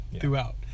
throughout